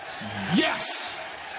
Yes